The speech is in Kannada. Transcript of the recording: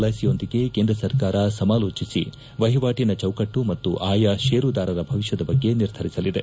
ಐಸಿಯೊಂದಿಗೆ ಕೇಂದ್ರ ಸರ್ಕಾರ ಸಮಾಲೋಜಿಸಿ ಮಹಾಟನ ಚೌಕಟ್ಟು ಮತ್ತು ಆಯಾ ಷೇರುದಾರರ ಭವಿಷ್ಠದ ಬಗ್ಗೆ ನಿರ್ಧರಿಸಲಿದೆ